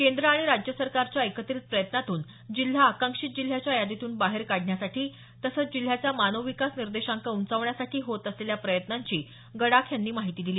केंद्र आणि राज्य सरकारच्या एकत्रित प्रयत्नातून जिल्हा आकांक्षित जिल्ह्याच्या यादीतून बाहेर काढण्यासाठी तसंच जिल्ह्याचा मानव विकास निर्देशांक उंचावण्यासाठी होत असलेल्या प्रयत्नांची गडाख यांनी माहिती दिली